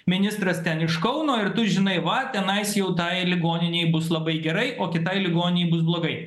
ministras ten iš kauno ir tu žinai va tenai jau tai ligoninei bus labai gerai o kitai ligoninei bus blogai